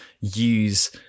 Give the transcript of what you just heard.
use